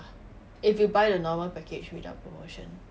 if you buy the normal package without promotion